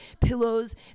pillows